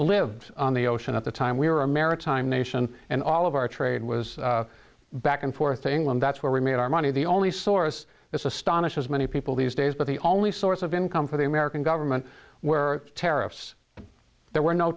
lived on the ocean at the time we were a maritime nation and all of our trade was back and forth to england that's where we made our money the only source astonishes many people these days but the only source of income for the american government were tariffs there were no